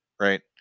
Right